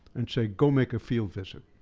and say go make a field visit.